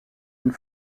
une